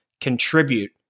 contribute